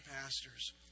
pastors